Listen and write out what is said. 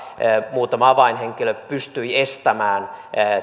muutama avainhenkilö pystyi estämään